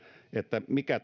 mikä